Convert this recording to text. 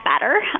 better